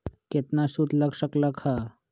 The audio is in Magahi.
केतना सूद लग लक ह?